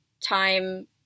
time